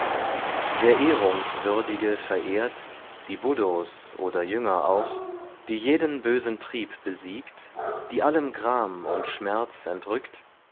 ehrungswürdige verehrt die buddhos oder jünger auch die jeden bösen trieb besiegt die allem gram und schmerz entrückt